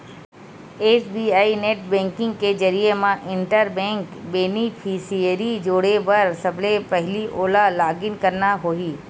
SBI net banking के जरिए म इंटर बेंक बेनिफिसियरी जोड़े बर सबले पहिली ओला लॉगिन करना होही